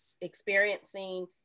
experiencing